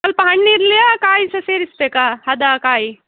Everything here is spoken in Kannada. ಸ್ವಲ್ಪ ಹಣ್ಣು ಇರ್ಲಿಯಾ ಕಾಯಿ ಸಹ ಸೇರಿಸಬೇಕೇ ಹದ ಕಾಯಿ